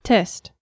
Test